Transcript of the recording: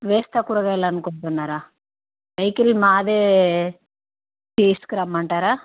వేస్తా కూరగాయలు అనుకుంటున్నారా వెహికల్ మాదే తీసుకురమ్మంటారా